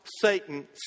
Satan